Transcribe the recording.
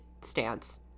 stance